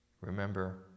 Remember